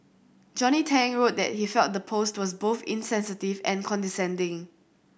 Johnny Tang wrote that he felt the post was both insensitive and condescending